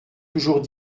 toujours